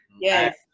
yes